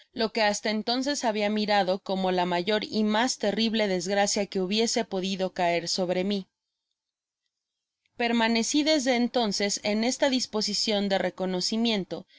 lo que hasta entonces habia mirado como la mayor y mas terrible desgracia que hubiese podido caer sobre mí content from google book search generated at permanecí desde entonces en esta disposicion de reconocimiento